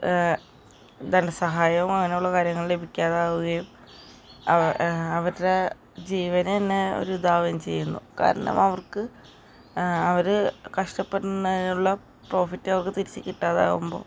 ധനസഹായം അങ്ങനെ ഉള്ള കാര്യങ്ങൾ ലഭിക്കാതാവുകയും അവ അവരുടെ ജീവൻ തന്നെ ഒരു ഇതാവുകയും ചെയ്യുന്നു കാരണം അവർക്ക് അവർ കഷ്ട്ടപ്പെടുന്നതിലുള്ള പ്രോഫിറ്റ് അവർക്ക് തിരിച്ച് കിട്ടാതാകുമ്പോൾ